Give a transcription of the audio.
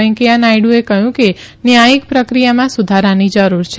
વેકૈયા નાયડુએ કહ્યું કે ન્યાયિક પ્રક્રિયામાં સુધારાની જરૂર છે